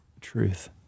truth